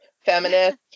Feminist